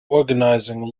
organising